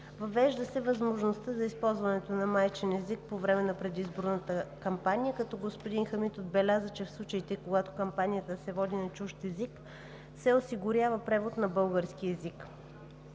Въвежда се възможността за използването на майчин език по време на предизборната кампания, като господин Хамид отбеляза, че в случаите, когато кампанията се води на чужд език, се осигурява превод на български език.